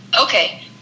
Okay